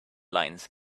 lines